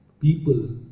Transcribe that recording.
People